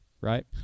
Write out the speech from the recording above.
right